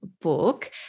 book